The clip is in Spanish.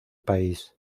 país